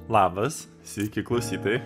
labas sveiki klausytojai